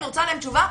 אני רוצה עליהם תשובה.